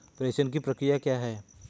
प्रेषण की प्रक्रिया क्या है?